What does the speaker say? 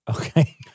Okay